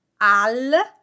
al